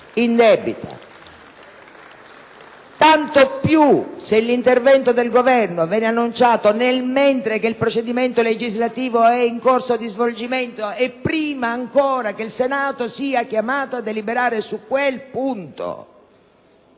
*PD)*. Tanto più se l'intervento del Governo viene annunciato mentre il procedimento legislativo è in corso di svolgimento e prima ancora che il Senato sia chiamato a deliberare sul punto.